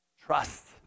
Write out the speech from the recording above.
trust